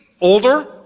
older